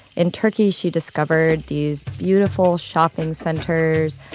in turkey, she discovered these beautiful shopping centers,